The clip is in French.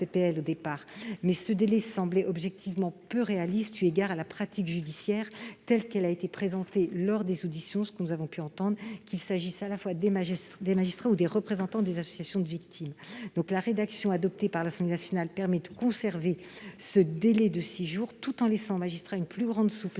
La rédaction adoptée par l'Assemblée nationale permet de conserver ce délai de six jours, tout en laissant au magistrat une plus grande souplesse